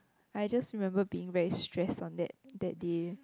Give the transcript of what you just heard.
I just remember being very stress on that that day